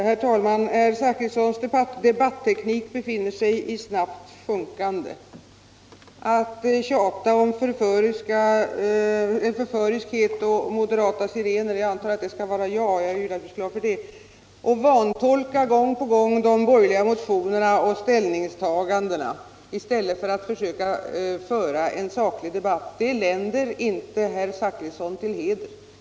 Herr talman! Herr Zachrissons debattnivå befinner sig i snabbt sjunkande. Han tjatar om förföriskhet och moderata sirener — jag antar att det skall vara jag —- och han vantolkar gång på gång de borgerliga mo tionerna och ställningstagandena i stället för att föra en saklig debatt. Det länder inte herr Zachrisson till heder.